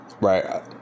right